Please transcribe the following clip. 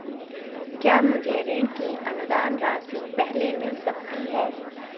क्या मुझे ऋण की अनुदान राशि पहले मिल सकती है?